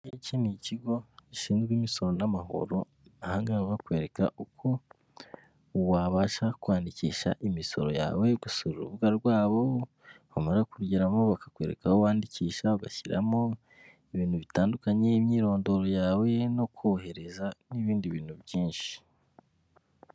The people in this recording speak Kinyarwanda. Iki ni ikigo gishinzwe imisoro n'amahoro. Aha ngaha baba bakwereka uko wabasha kwandikisha imisoro yawe, ugasura urubuga rwabo, wamara kurugeramo bakakwereka aho wandikisha, bashyiramo ibintu bitandukanye. Imyirondoro yawe no kohereza n'ibindi bintu byinshi.